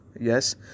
Yes